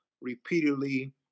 repeatedly